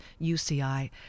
UCI